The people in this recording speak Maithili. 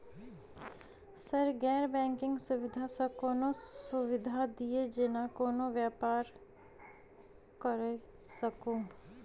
सर गैर बैंकिंग सुविधा सँ कोनों सुविधा दिए जेना कोनो व्यापार करऽ सकु?